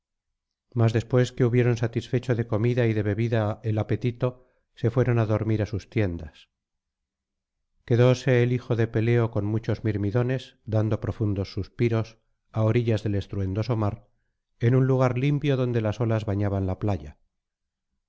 mas después que hubieron satisfecho de comida y de bebida al apetito se fueron á dormir á sus tiendas quedóse el hijo de peleo con muchos mirmidones dando profundos suspiros á orillas del estruendoso mar en un lugar limpio donde las olas bañaban la playa